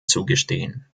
zugestehen